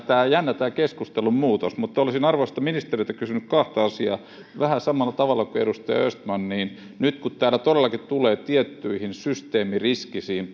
tämä keskustelun muutos on jännä olisin arvoisalta ministeriltä kysynyt kahta asiaa vähän samalla tavalla kuin edustaja östman nyt kun täällä todellakin tulee tiettyihin systeemiriskisiin